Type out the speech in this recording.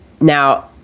Now